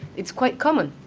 it's quite common,